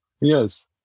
Yes